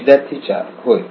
विद्यार्थी 4 होय